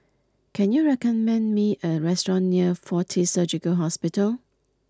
can you recommend me a restaurant near Fortis Surgical Hospital